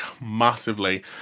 massively